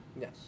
Yes